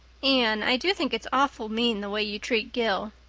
anne, i do think it's awful mean the way you treat gil.